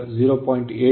8 lagging ಮತ್ತು 0